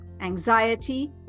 anxiety